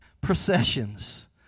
processions